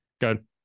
good